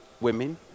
women